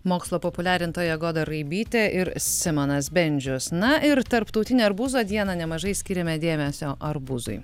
mokslo populiarintoja goda raibytė ir simonas bendžius na ir tarptautinę arbūzo dieną nemažai skyrėme dėmesio arbūzui